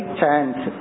chance